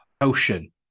Ocean